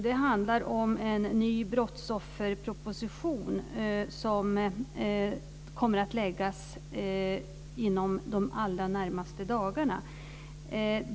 Det handlar om en ny brottsofferproposition, som kommer att läggas fram inom de allra närmaste dagarna.